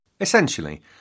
Essentially